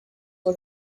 for